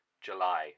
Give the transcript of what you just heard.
July